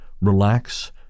relax